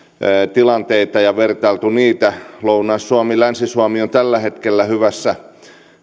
tilanteita ja vertailtu niitä lounais suomi länsi suomi on tällä hetkellä hyvässä